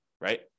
right